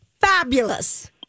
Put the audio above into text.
fabulous